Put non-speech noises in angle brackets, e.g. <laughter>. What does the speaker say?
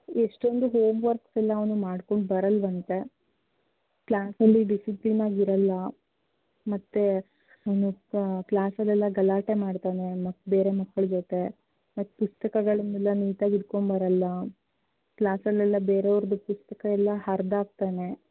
ಎಷ್ಟೊಂದು ಹೋಮ್ವರ್ಕ್ಸ್ ಎಲ್ಲ ಅವನು ಮಾಡಿಕೊಂಡು ಬರಲ್ವಂತೆ ಕ್ಲಾಸಲ್ಲಿ ಡಿಸಿಪ್ಲೀನ್ ಆಗಿ ಇರಲ್ಲ ಮತ್ತು <unintelligible> ಕ್ಲಾಸಲ್ಲೆಲ್ಲ ಗಲಾಟೆ ಮಾಡ್ತಾನೆ ಮತ್ತು ಬೇರೆ ಮಕ್ಕಳ ಜೊತೆ ಮತ್ತು ಪುಸ್ತಕಗಳನ್ನೆಲ್ಲ ನೀಟಾಗಿ ಇಟ್ಟುಕೊಂಡು ಬರಲ್ಲ ಕ್ಲಾಸಲ್ಲೆಲ್ಲ ಬೇರೆ ಅವರದ್ದು ಪುಸ್ತಕ ಎಲ್ಲ ಹರದಾಕ್ತಾನೆ